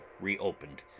reopened